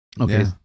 okay